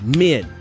men